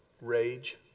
rage